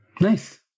Nice